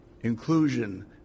inclusion